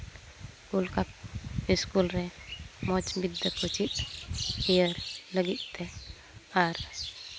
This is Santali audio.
ᱠᱩᱞ ᱠᱟᱠᱚ ᱤᱥᱠᱩᱞ ᱨᱮ ᱢᱚᱡᱽ ᱵᱤᱫᱽᱫᱟᱹ ᱠᱚ ᱪᱮᱫ ᱠᱮᱭᱟ ᱞᱟᱹᱜᱤᱫ ᱛᱮ ᱟᱨ